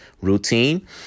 routine